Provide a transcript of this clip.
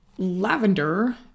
Lavender